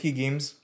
games